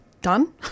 Done